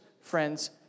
friends